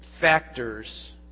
factors